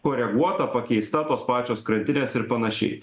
koreguota pakeista tos pačios krantinės ir panašiai